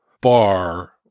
bar